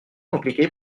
compliqué